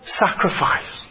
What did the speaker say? sacrifice